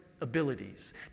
abilities